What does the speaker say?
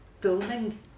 building